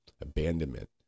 abandonment